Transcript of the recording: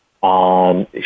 on